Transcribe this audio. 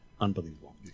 Unbelievable